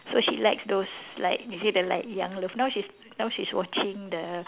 so she likes those like is it the like young love now she's now she's watching the